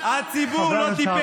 מה אתה עונה?